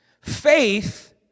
Faith